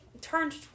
turned